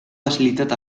facilitat